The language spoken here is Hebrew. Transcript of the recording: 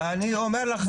אני אומר לך.